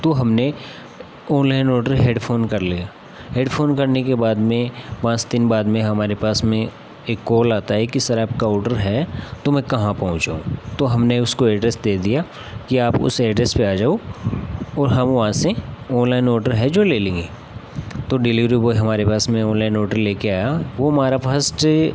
तो हमने online order headphone कर लिया हेडफ़ोन करने के बाद में पाँच दिन बाद में हमारे पास में एक कॉल आता है कि सर आपका ऑडर है तो मैं कहाँ पहुँचाऊँ तो हमने उसको एड्रेस दे दिया कि आप उस एड्रेस पर आ जाओ और हम वहाँ से ऑनलाइन ऑडर है जो ले लेंगे तो डिलिवरी बॉय हमारे पास में ऑनलाइन ऑडर लेकर आया वह हमारा फ़स्ट